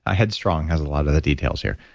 ah head strong has a lot of the details here.